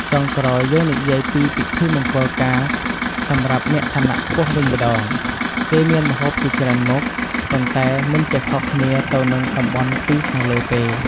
ចុងក្រោយយើងនិយាយពីពិធីមង្គលការសម្រាប់អ្នកឋានៈខ្ពស់វិញម្តង គេមានម្ហូបជាច្រើនមុខប៉ុន្តែមិនជាខុសគ្នាទៅនឹងតំបន់២ខាងលើទេ។